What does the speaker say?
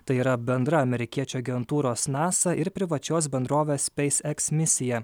tai yra bendra amerikiečių agentūros nasa ir privačios bendrovės spacex misija